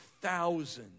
thousands